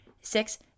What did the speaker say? Six